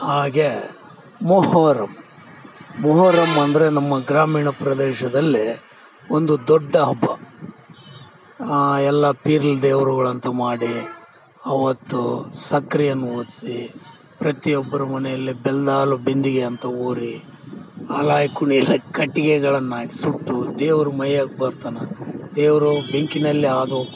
ಹಾಗೇ ಮೊಹೋರಮ್ ಮೊಹೊರಮ್ ಅಂದರೆ ನಮ್ಮ ಗ್ರಾಮೀಣ ಪ್ರದೇಶದಲ್ಲೇ ಒಂದು ದೊಡ್ಡ ಹಬ್ಬ ಆ ಎಲ್ಲ ಪಿರ್ಲ್ ದೇವ್ರುಗಳಂತ ಮಾಡಿ ಆವತ್ತು ಸಕ್ಕರೆಯನ್ನು ಪ್ರತಿಯೊಬ್ಬರು ಮನೆಯಲ್ಲಿ ಬೆಲ್ಲಲು ಬಿಂದಿಗೆಯಂತ ಊರಿ ಅಲಯೀಕುಲಿಲ್ ಹಾಕಿ ಕಟ್ಟಿಗೆಗಳನ್ನು ಸುಟ್ಟು ದೇವರು ಮಯ್ಯಾಗೆ ಬರ್ತಾನ ದೇವರು ಬೆಂಕಿನಲ್ಲೇ ಹಾದು ಹೋಗ್ತಕ್ಕಂಥ